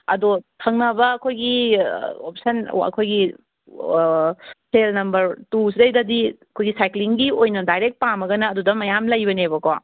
ꯑꯗꯣ ꯊꯪꯅꯕ ꯑꯩꯈꯣꯏꯒꯤ ꯑꯣꯞꯁꯟ ꯑꯩꯈꯣꯏꯒꯤ ꯁꯦꯜ ꯅꯝꯕꯔ ꯇꯨꯁꯤꯗꯩꯗꯗꯤ ꯁꯥꯏꯀ꯭ꯂꯤꯡꯒꯤ ꯑꯣꯏꯅ ꯗꯥꯏꯔꯦꯛ ꯄꯥꯝꯃꯒꯅ ꯑꯗꯨꯗ ꯃꯌꯥꯝ ꯂꯩꯕꯅꯦꯕꯀꯣ